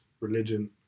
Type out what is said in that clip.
religion